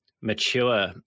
mature